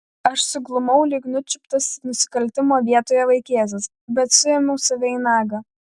aš suglumau lyg nučiuptas nusikaltimo vietoje vaikėzas bet suėmiau save į nagą